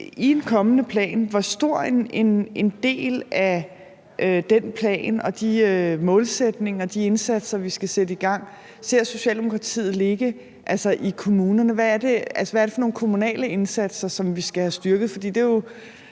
af en kommende plan – i forhold til de målsætninger og de indsatser, vi skal sætte i gang i den plan – ser Socialdemokratiet skal ligge i kommunerne? Altså, hvad er det for nogle kommunale indsatser, som vi skal have styrket?